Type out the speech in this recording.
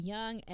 Young